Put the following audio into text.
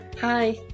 Hi